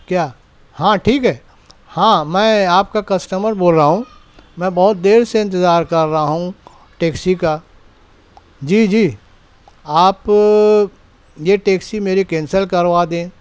کیا ہاں ٹھیک ہے ہاں میں آپ کا کسٹمر بول رہا ہوں میں بہت دیر سے انتظار کر رہا ہوں ٹیکسی کا جی جی آپ یہ ٹیکسی میری کینسل کروا دیں